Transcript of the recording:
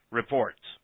reports